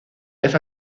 vez